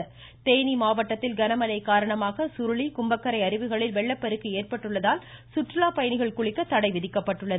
தேனி மழை தேனி மாவட்டத்தில் கனமழை காரணமாக சுருளி கும்பக்கரை அருவிகளில் வெள்ளப்பெருக்கு ஏற்பட்டுள்ளதால் அங்கு கற்றுலா பயணிகள் குளிக்க தடை விதிக்கப்பட்டுள்ளது